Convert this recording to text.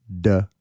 Duh